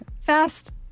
fast